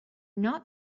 not